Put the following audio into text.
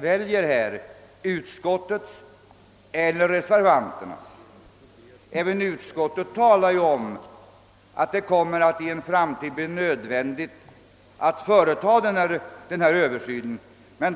väljer utskottsmajoritetens eller reservanternas linje. Även utskottsmajoriteten framhåller att det i framtiden kommer att bli nödvändigt att företa en översyn på området.